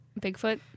Bigfoot